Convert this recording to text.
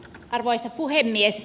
arvoisa puhemies